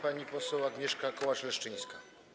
Pani poseł Agnieszka Kołacz-Leszczyńska.